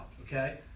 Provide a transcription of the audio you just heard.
okay